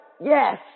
Yes